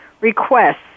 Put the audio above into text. requests